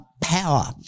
power